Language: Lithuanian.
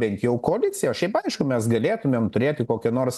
bent jau koaliciją o šiaip aišku mes galėtumėm turėti kokią nors